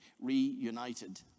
reunited